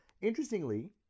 interestingly